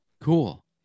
cool